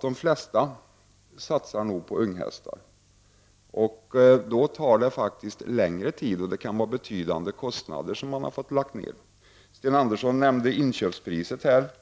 De flesta satsar nog på unghästar, och då tar det längre tid. Man kan få lägga ned betydande kostnader. Sten Andersson nämnde inköpspriset.